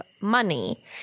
money